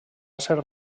ser